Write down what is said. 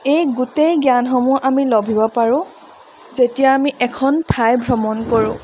এই গোটেই জ্ঞানসমূহ আমি লভিব পাৰোঁ যেতিয়া আমি এখন ঠাই ভ্ৰমণ কৰোঁ